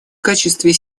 качестве